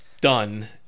done